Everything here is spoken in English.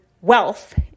wealth